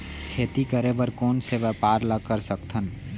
खेती करे बर कोन से व्यापार ला कर सकथन?